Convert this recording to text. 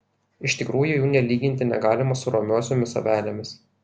iš tikrųjų jų nė lyginti negalima su romiosiomis avelėmis